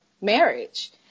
marriage